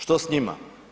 Što s njima?